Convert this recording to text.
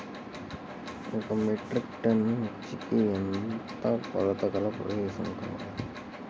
ఒక metric ton మిర్చికి ఎంత కొలతగల ప్రదేశము కావాలీ?